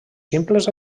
simples